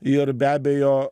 ir be abejo